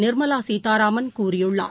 நிர்மலா சீதாராமன் கூறியுள்ளார்